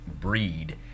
breed